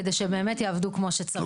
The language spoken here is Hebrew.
כדי שהם באמת יעבדו כמו שצריך.